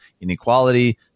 Inequality